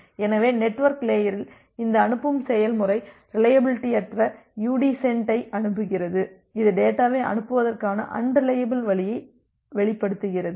எனவே நெட்வொர்க் லேயரில் இந்த அனுப்பும் செயல்முறை ரிலையபிலிட்டியற்ற "udt send " ஐ அனுப்புகிறது இது டேட்டாவை அனுப்புவதற்கான அன்ரிலையபில் வழியை வெளிப்படுத்துகிறது